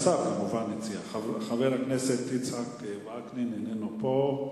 חבר הכנסת יצחק וקנין, אינו פה.